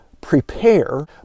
prepare